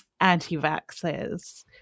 Anti-vaxxers